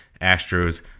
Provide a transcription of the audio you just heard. Astros